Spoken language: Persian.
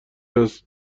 است